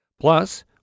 Plus